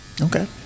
Okay